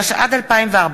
התשע"ד 2014,